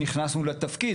נכנסו לתפקיד.